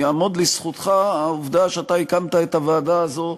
תעמוד לזכותך העובדה שאתה הקמת את הוועדה הזאת,